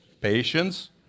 patience